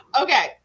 Okay